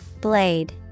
Blade